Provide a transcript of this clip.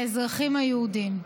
האזרחים היהודים.